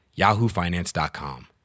YahooFinance.com